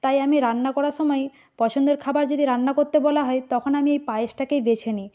তাই আমি রান্না করার সময় পছন্দের খাবার যদি রান্না করতে বলা হয় তখন আমি এই পায়েসটাকেই বেছে নিই